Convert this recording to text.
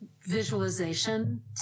visualization